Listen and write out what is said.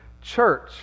church